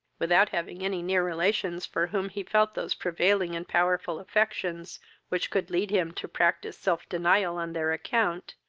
without having any near relations for whom he felt those prevailing and powerful affections which could lead him to proctise self-denial on their account,